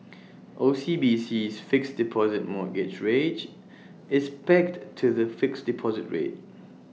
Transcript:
O C B C's fixed deposit mortgage rate is pegged to the fixed deposit rate